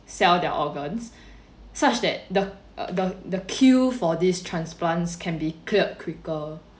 sell their organs such that the uh the the queue for this transplants can be cleared quicker